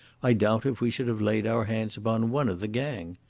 i doubt if we should have laid our hands upon one of the gang.